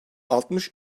altmış